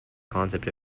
concept